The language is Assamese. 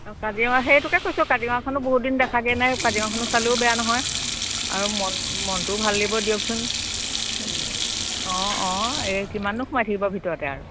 কাজিৰঙাত সেইটোকে কৈছোঁ কাজিৰঙাখনো বহুত দিন দেখাগৈ নাই কাজিৰঙাখনো চালেও বেয়া নহয় আৰু মন মনটোও ভাল লাগিব দিয়কচোন অঁ অঁ এই কিমাননো সোমাই থাকিব ভিতৰতে আৰু